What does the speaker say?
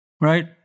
Right